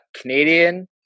Canadian